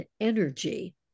energy